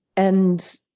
and,